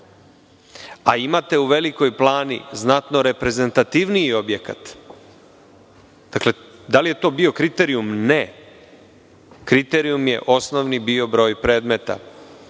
a imate u Velikoj Plani znatno reprezentativniji objekat, da li je to bio kriterijum? Ne. Kriterijum je osnovni bio – broj predmeta.